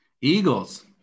Eagles